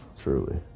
truly